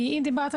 אם דיברת,